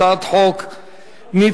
הצעת החוק נתקבלה,